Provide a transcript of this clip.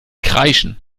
kreischen